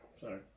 Sorry